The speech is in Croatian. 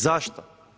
Zašto?